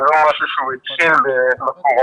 והוא לא משהו שהתחיל בקורונה.